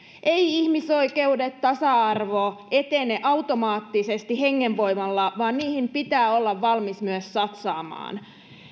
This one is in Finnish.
eivät ihmisoikeudet eikä tasa arvo etene automaattisesti hengenvoimalla vaan niihin pitää olla valmis myös satsaamaan